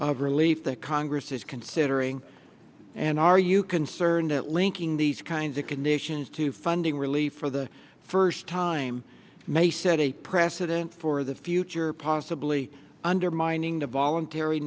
of relief that congress is considering and are you concerned at linking these kinds of conditions to funding relief for the first time may set a precedent for the future possibly undermining the voluntary